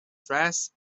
dress